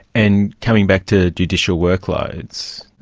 and coming back to judicial workloads,